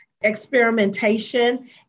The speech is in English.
experimentation